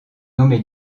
nommé